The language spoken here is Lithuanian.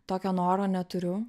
tokio noro neturiu